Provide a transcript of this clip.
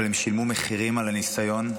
אבל הם שילמו מחירים על הניסיון,